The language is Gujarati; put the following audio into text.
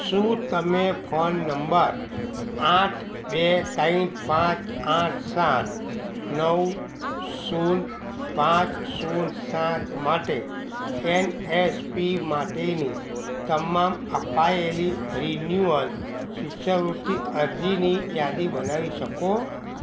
શું તમે ફોન નંબર આઠ બે ત્રણ પાંચ આઠ સાત નવ શૂન પાંચ શૂન્ય સાત માટે એન એસ પી માટેની તમામ અપાયેલી રિન્યુઅલ શિષ્યવૃત્તિ અરજીની યાદી બનાવી શકો